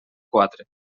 quatre